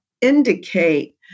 indicate